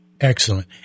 Excellent